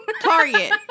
Target